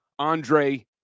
Andre